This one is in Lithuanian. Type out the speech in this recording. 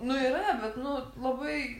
nu yra bet nu labai